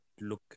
look